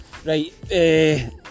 Right